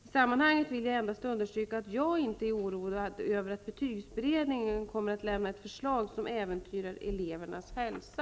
I sammanhanget vill jag endast understryka att jag inte är oroad över att betygsberedningen kommer att lämna ett förslag som äventyrar elevernas hälsa.